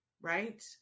right